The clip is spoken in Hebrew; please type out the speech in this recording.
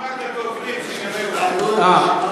רשימת הדוברים, שנראה אותה.